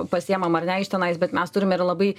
pasiimam ar ne iš tenais bet mes turim ir labai